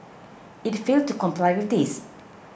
it failed to comply with this